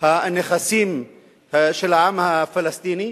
הנכסים של העם הפלסטיני,